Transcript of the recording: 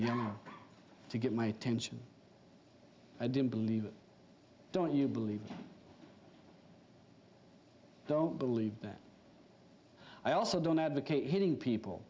reality to get my attention i didn't believe it don't you believe don't believe that i also don't advocate hitting people